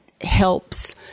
helps